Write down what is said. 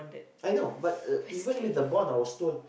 I know but uh even with the bond I was told